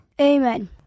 Amen